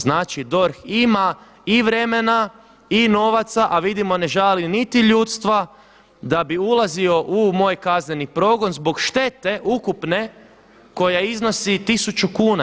Znači DORH ima i vremena i novaca a vidimo ne žali niti ljudstva da bi ulazio u moj kazneni progon zbog štete ukupne koja iznosi tisuću kuna.